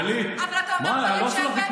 גלית, שוב, את לא מסוגלת.